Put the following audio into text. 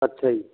ਅੱਛਾ ਜੀ